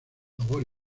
favor